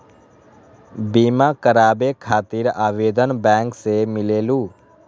बिमा कराबे खातीर आवेदन बैंक से मिलेलु?